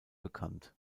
bekannt